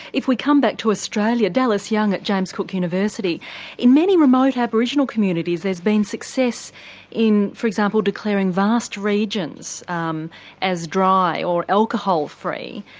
if we come back to australia dallas young at james cook university in many remote aboriginal communities there's been success in for example declaring vast regions um as dry, or alcohol free.